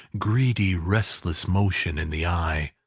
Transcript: greedy, restless motion in the eye,